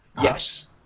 Yes